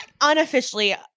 unofficially